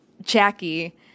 Jackie